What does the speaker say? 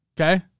Okay